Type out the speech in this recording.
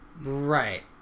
Right